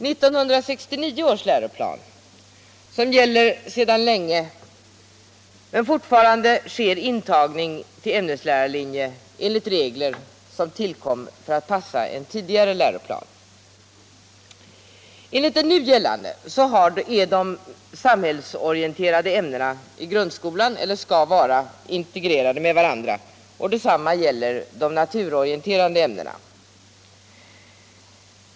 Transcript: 1969 års läroplan gäller sedan länge, men fortfarande sker intagning till ämneslärarlinje enligt regler som tillkom för att passa en tidigare läroplan. Enligt den nu gällande läroplanen är de samhällsorienterande ämnena i grundskolan integrerade. Detsamma gäller de naturorienterande ämnena.